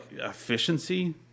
efficiency